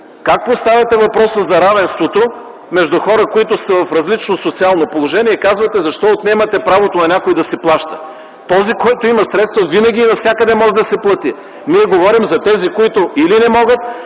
Как поставяте въпроса за равенството между хора, които са в различно социално положение, и казвате: „Защо отнемате правото на някой да си плаща?” Този, който има средства, винаги и навсякъде може да си плати. Ние говорим за тези, които или не могат,